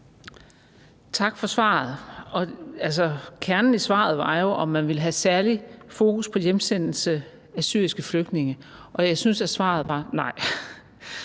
Tak for svaret. Kernen i spørgsmålet var jo, om man vil have særlig fokus på hjemsendelse af syriske flygtninge, og jeg synes, at svaret var nej.